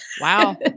wow